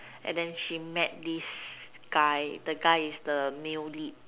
and then she met this guy the guy is the male lead